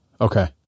Okay